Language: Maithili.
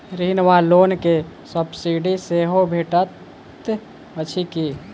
ऋण वा लोन केँ सब्सिडी सेहो भेटइत अछि की?